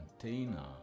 container